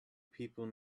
people